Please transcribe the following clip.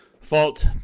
fault